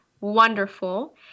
wonderful